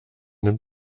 nimmt